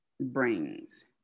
brings